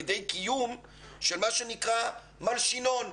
על ידי קיום של מה שנקרא מלשינון.